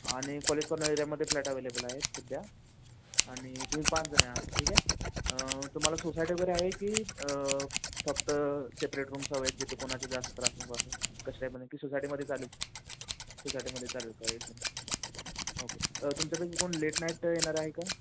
आणि college corner एरियामध्ये flat available आहेत सध्या आणि तुम्ही पाचजणं आहात ठीक आहे तुम्हाला सोसायटी वगैरे हवे की फक्त सेपरेट रूम्स हवे आहेत जिथं कोणाच्या जास्त त्रास नको असं कशा टाईपमध्ये की सोसायटीमध्ये चालेल सोसायटीमध्ये चालेल काय इशू नाही ओके तुमच्यापैकी कोण लेट नाईट येणारं आहे का